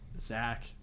Zach